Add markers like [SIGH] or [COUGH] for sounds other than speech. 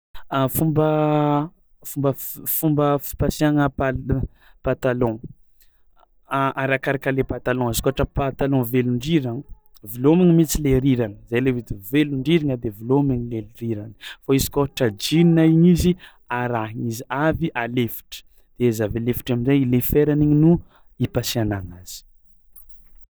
A fomba fomba f- fomba fipasihagna pal- patalon [HESITATION] arakaraka le patalon, izy koa ôhatra patalon velon-driragna vilômigny mihitsy le rirany zay le ho hita velon-driragna de velômigny le rirany fao izy kôa ôhatra jeans igny izy arahigny izy avy alefitry de izy avy alefitry amin-jay i leferany igny no ipasihagna anazy.